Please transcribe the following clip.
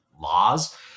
laws